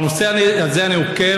אחרי הנושא הזה אני עוקב,